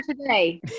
today